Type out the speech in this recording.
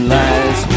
lies